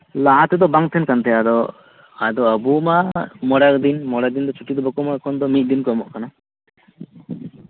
ᱞᱟᱦᱟ ᱛᱮᱫᱚ ᱵᱟᱝ ᱛᱟᱦᱮᱱ ᱠᱟᱱ ᱛᱟᱦᱮᱸᱜ ᱟᱫᱚ ᱢᱟ ᱢᱚᱬᱮ ᱫᱤᱱ ᱢᱚᱬᱮ ᱫᱤᱱ ᱫᱚ ᱪᱷᱩᱴᱤ ᱵᱟᱠᱚ ᱮᱢᱚᱜᱼᱟ ᱛᱚ ᱮᱠᱷᱚᱱ ᱫᱚ ᱢᱤᱫᱫᱤᱱ ᱠᱚ ᱮᱢᱚᱜ ᱠᱟᱱᱟ